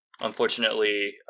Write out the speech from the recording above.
Unfortunately